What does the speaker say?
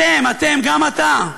אתם, אתם, גם אתה.